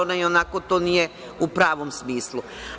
Ona ionako to nije u pravom smislu.